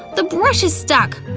the brush is stuck!